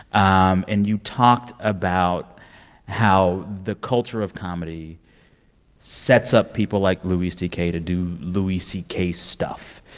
um and you talked about how the culture of comedy sets up people like louis c k. to do louis c k. stuff.